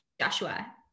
Joshua